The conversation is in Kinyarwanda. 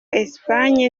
esipanye